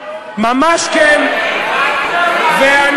ממש לא נכון.